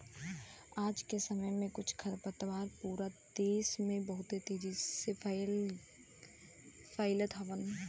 आज के समय में कुछ खरपतवार पूरा देस में बहुत तेजी से फइलत हउवन